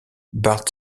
bart